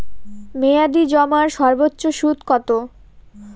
মেয়াদি জমার সর্বোচ্চ সুদ কতো?